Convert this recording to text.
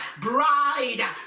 bride